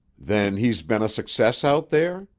then he's been a success out there?